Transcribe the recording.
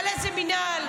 על איזה מינהל.